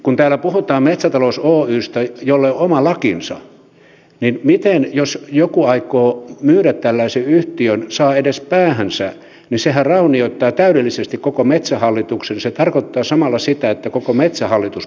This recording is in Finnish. kun täällä puhutaan metsätalous oystä jolle on oma lakinsa niin jos joku aikoo myydä tällaisen yhtiön saa edes päähänsä niin sehän raunioittaa täydellisesti koko metsähallituksen se tarkoittaa samalla sitä että koko metsähallitus pitää hajottaa